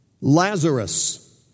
Lazarus